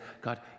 God